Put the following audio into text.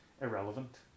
irrelevant